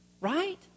Right